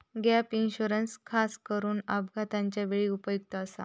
gap insurance खासकरून अपघाताच्या वेळी उपयुक्त आसा